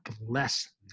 bless